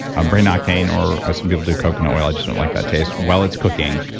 ah brain octane or ah some people do coconut oil, i just don't like that taste, while it's cooking.